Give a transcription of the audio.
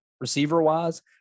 receiver-wise